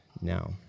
now